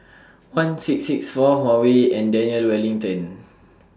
one six six four Huawei and Daniel Wellington